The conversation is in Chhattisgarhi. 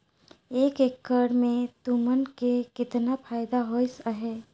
एक एकड़ मे तुमन के केतना फायदा होइस अहे